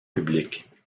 public